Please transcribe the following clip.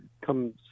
come